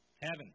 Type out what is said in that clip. Heaven